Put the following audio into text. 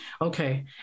okay